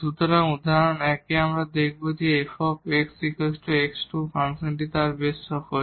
সুতরাং উদাহরণ 1 আমরা এখন দেখাব যে f x2 ফাংশনটি তার বেশ সহজ